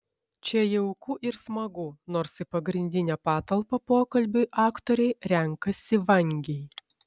čia jauku ir smagu nors į pagrindinę patalpą pokalbiui aktoriai renkasi vangiai